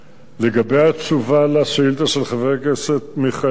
לגבי התשובה על השאילתא של חבר הכנסת מיכאלי,